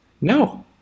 no